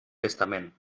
testament